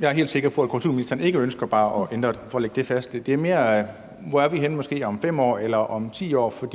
Jeg er helt sikker på, at kulturministeren ikke ønsker bare at ændre det, vil jeg sige for bare at lægge det fast. Det er mere, hvor vi er henne om 5 år eller 10 år, for